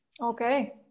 Okay